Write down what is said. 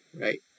right